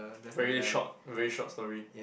very short very short story